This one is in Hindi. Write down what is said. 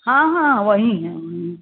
हाँ हाँ वहीं है